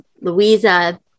louisa